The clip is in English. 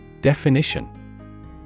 Definition